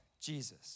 Jesus